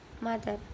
mother